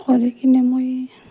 কৰি কিনে মই